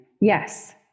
Yes